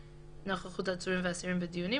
לחוק סדר הדין הפלילי,